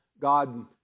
God